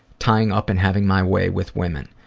tying up and having my way with women.